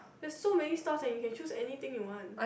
there's so many stalls that you can choose anything you want